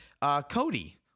Cody